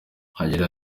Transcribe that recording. agira